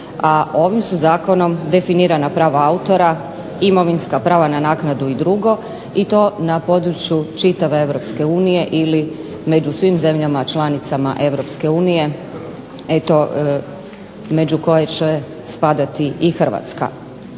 ovim su zakonom definirana prava autora, imovinska prava na naknadu i drugo i to na području čitave Europske unije ili među svim zemljama članicama Europske unije među koje će spadati i Hrvatska.